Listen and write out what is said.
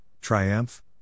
triumph